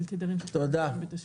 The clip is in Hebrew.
על תדרים ש --- בתשלום.